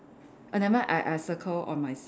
err never mind I I circle on my side